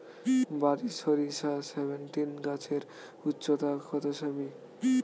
বারি সরিষা সেভেনটিন গাছের উচ্চতা কত সেমি?